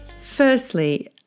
Firstly